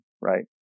right